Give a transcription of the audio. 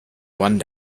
one